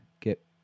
get